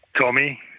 Tommy